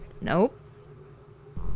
Nope